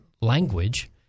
language